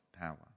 power